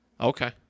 Okay